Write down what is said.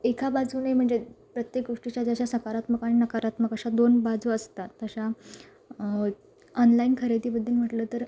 एका बाजूने म्हणजे प्रत्येक गोष्टीच्या जशा सकारात्मक आणि नकारात्मक अशा दोन बाजू असतात तशा ऑनलाईन खरेदीबद्दल म्हटलं तर